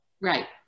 Right